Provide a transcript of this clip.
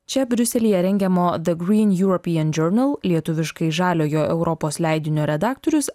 čia briuselyje rengiamo the green european journal lietuviškai žaliojo europos leidinio redaktorius